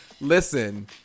listen